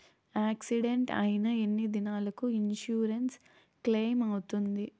Accident అయిన ఎన్ని దినాలకు ఇన్సూరెన్సు క్లెయిమ్ అవుతుంది?